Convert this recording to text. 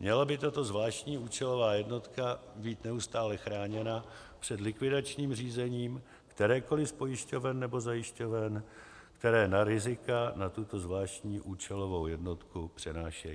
měla by tato zvláštní účelová jednotka být neustále chráněna před likvidačním řízením kterékoli z pojišťoven nebo zajišťoven, které rizika na tuto zvláštní účelovou jednotku přenášejí.